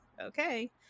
okay